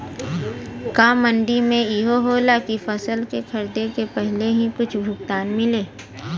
का मंडी में इहो होला की फसल के खरीदे के पहिले ही कुछ भुगतान मिले?